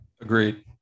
Agreed